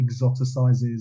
exoticizes